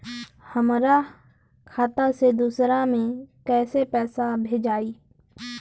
हमरा खाता से दूसरा में कैसे पैसा भेजाई?